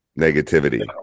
negativity